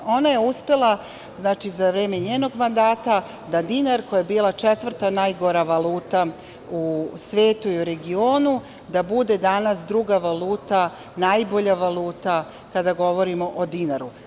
Ona je uspela za vreme njenog mandata da dinar, koji je bila četvrta najgora valuta u svetu i u regionu, da bude danas druga valuta, najbolja valuta kada govorimo o dinaru.